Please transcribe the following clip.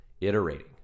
iterating